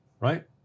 right